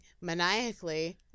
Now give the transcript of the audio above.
maniacally